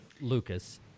Lucas